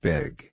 Big